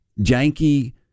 janky